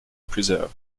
preserved